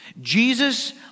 Jesus